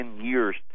years